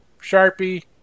Sharpie